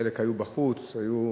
חלק היו בחוץ, היו